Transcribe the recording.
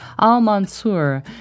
Al-Mansur